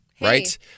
right